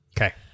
okay